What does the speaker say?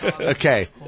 Okay